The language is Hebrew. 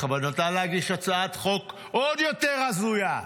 בכוונתה להגיש הצעת חוק עוד יותר הזויה.